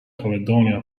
caledonia